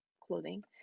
clothing